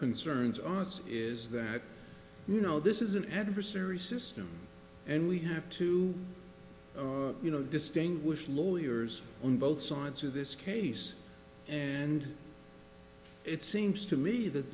concerns us is that you know this is an adversary system and we have to you know distinguish lawyers on both sides of this case and it seems to me that